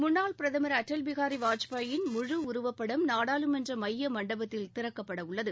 முன்னாள் பிரதம் அடல் பிகாரி வாஜ்பாயின் முழுஉருவப் படம் நாடாளுமன்ற மைய மண்டபத்தில் திறக்கப்பட உள்ளது